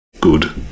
good